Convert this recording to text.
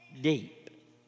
Deep